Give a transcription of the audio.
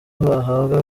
bahabwa